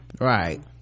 right